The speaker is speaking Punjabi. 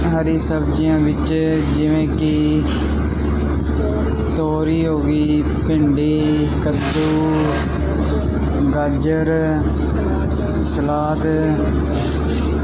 ਹਰੀਆਂ ਸਬਜ਼ੀਆਂ ਵਿੱਚ ਜਿਵੇਂ ਕਿ ਤੋਰੀ ਹੋ ਗਈ ਭਿੰਡੀ ਕੱਦੂ ਗਾਜਰ ਸਲਾਦ